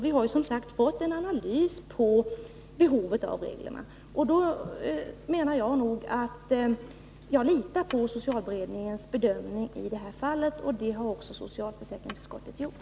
Vi har fått en analys av behovet av dem. Jag litar på socialberedningens bedömning i detta fall, och det har också socialförsäkringsutskottet gjort.